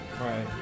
Right